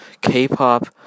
K-pop